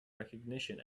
recognition